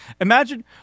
imagine